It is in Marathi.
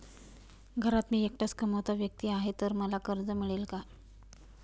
घरात मी एकटाच कमावता व्यक्ती आहे तर मला कर्ज मिळेल का?